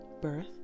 birth